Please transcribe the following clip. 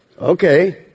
Okay